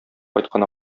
кайткан